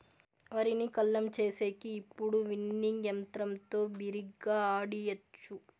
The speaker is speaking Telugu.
వరిని కల్లం చేసేకి ఇప్పుడు విన్నింగ్ యంత్రంతో బిరిగ్గా ఆడియచ్చు